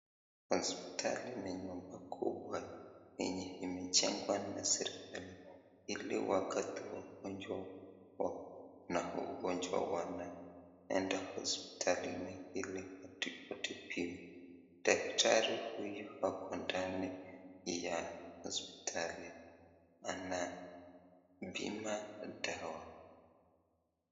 Hosiptali ni nyumba kubwa yenye imejengwa na serikali ili wakati wagonjwa wana ugonjwa wanaenda hosiptalini ili watibiwe, daktari huyu ako ndani ya hosiptali anapima dawa.